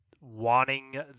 wanting